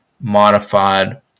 modified